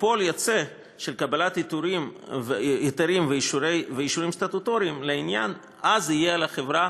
כפועל יוצא מקבלת היתרים ואישורים סטטוטוריים לעניין יהיה על החברה,